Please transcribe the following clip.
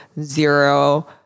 zero